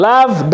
Love